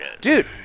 Dude